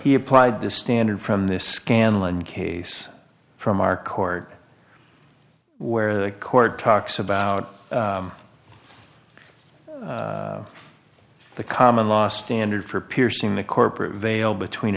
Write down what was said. he applied this standard from this scandal and case from our court where the court talks about the common law standard for piercing the corporate veil between